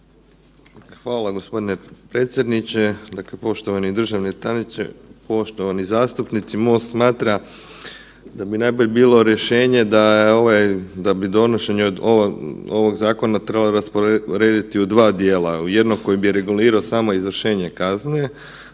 Hvala g. predsjedniče, dakle, poštovani državni tajniče, poštovani zastupnici. MOST smatra da bi najbolje bilo rješenje da je ovaj, da bi donošenje ovog zakona trebalo rasporediti u dva dijela. U jednog koji bi regulirao samo izvršenje kazne